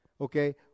Okay